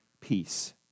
peace